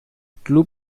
club